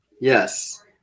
Yes